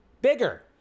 bigger